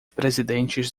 presidentes